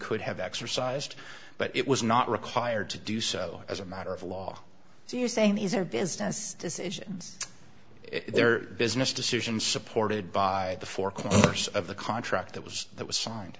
could have exercised but it was not required to do so as a matter of law so you're saying these are business decisions their business decisions supported by the four corners of the contract that was that was signe